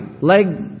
leg